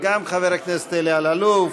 וגם חבר הכנסת אלי אלאלוף.